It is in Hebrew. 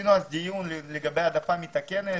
עשינו דיון לגבי העדפה מתקנת.